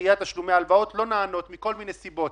לדחיית תשלומי הלוואות לא נענות מכל מיני סיבות,